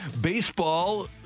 Baseball